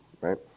right